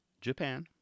Japan